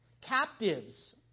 captives